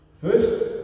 First